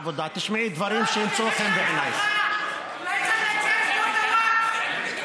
תתבייש לך שאתה מדבר על הנושא הזה.